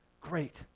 great